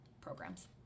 programs